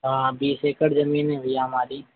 हाँ बीस एकड़ ज़मीन है भैया हमारी